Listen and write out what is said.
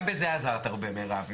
גם בזה עזרת הרבה מרב.